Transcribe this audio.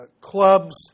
clubs